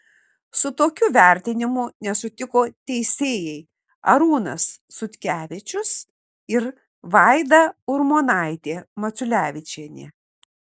su tokiu vertinimu nesutiko teisėjai arūnas sutkevičius ir vaida urmonaitė maculevičienė